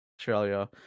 Australia